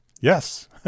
yes